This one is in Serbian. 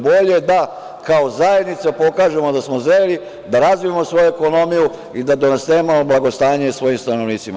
Bolje da kao zajednica pokažemo da smo zreli, da razvijemo svoju ekonomiju i da donesemo blagostanje svojim stanovnicima.